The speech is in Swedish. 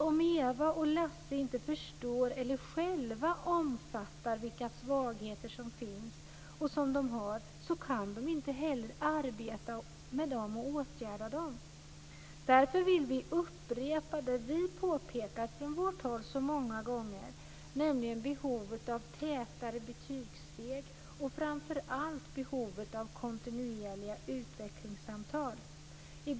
Om Eva och Lasse inte förstår eller själva omfattar vilka svagheter de har kan de inte heller åtgärda dem. Därför vill vi upprepa det vi kristdemokrater påpekat så många gånger, nämligen behovet av tätare betygssteg och framför allt behovet av kontinuerliga utvecklingssamtal.